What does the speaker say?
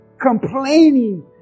complaining